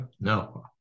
No